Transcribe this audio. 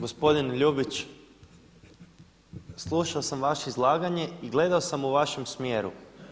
Gospodine Ljubić, slušao sam vaše izlaganje i gledao sam u vašem smjeru.